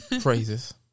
praises